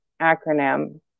acronym